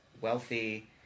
wealthy